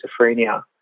schizophrenia